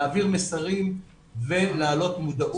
להעביר מסרים ולהעלות מודעות.